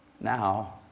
Now